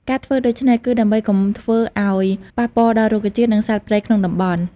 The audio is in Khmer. ការធ្វើដូច្នេះ គឺដើម្បីកុំធ្វើឱ្យប៉ះពាល់ដល់រុក្ខជាតិ និងសត្វព្រៃក្នុងតំបន់។